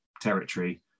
territory